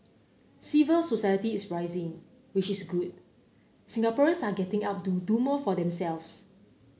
civil society is rising which is good Singaporeans are getting up to do more for themselves